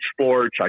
sports